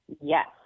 yes